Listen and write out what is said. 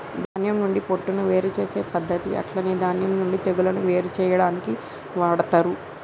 ధాన్యం నుండి పొట్టును వేరు చేసే పద్దతి అట్లనే ధాన్యం నుండి తెగులును వేరు చేయాడానికి వాడతరు